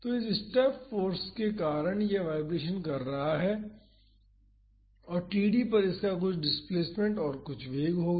तो इस step force के कारण यह वाईब्रेशन कर रहा है और td पर इसका कुछ डिस्प्लेसमेंट और कुछ वेग होगा